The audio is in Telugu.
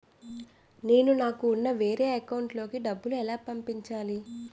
నేను నాకు ఉన్న వేరే అకౌంట్ లో కి డబ్బులు ఎలా పంపించాలి?